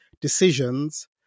decisions